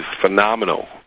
phenomenal